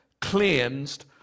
cleansed